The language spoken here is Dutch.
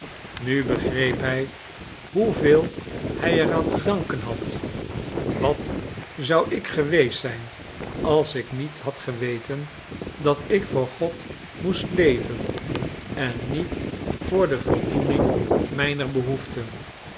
nu begreep hij hoeveel hij er aan te danken had wat zou ik geweest zijn als ik niet had geweten dat ik voor god moest leven en niet voor de voldoening mijner behoeften